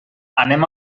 anem